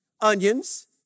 onions